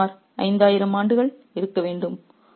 'சுமார் ஐந்தாயிரம் ஆண்கள் இருக்க வேண்டும்